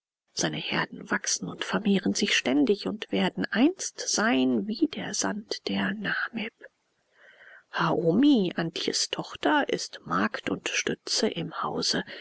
seine herden wachsen und vermehren sich ständig und werden einst sein wie der sand der namib haomi antjes tochter ist magd und stütze im hause